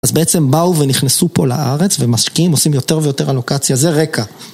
אז בעצם באו ונכנסו פה לארץ ומשקיעים, עושים יותר ויותר אלוקציה, זה רקע.